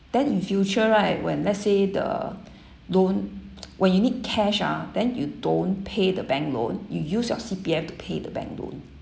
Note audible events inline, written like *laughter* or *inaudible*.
then in future right when let's say the loan *noise* when you need cash ah then you don't pay the bank loan you use your C_P_F to pay the bank loan